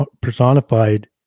personified